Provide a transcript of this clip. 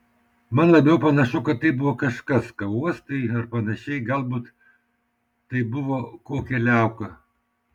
man labiau panašu kad tai buvo kažkas ką uostai ar panašiai galbūt tai buvo kokia liauka